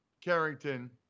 Carrington